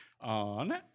on